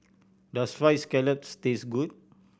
does Fried Scallop taste good